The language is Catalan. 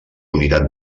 unitat